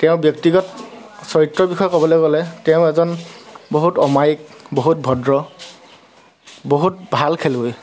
তেওঁ ব্যক্তিগত চৰিত্ৰৰ বিষয়ে ক'বলৈ গ'লে তেওঁ এজন বহুত অমায়িক বহুত ভদ্ৰ বহুত ভাল খেলুৱৈ